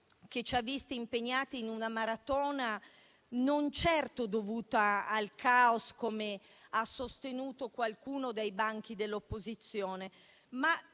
che ci hanno visti impegnati in una maratona non certo dovuta al caos, come ha sostenuto qualcuno dai banchi dell'opposizione, ma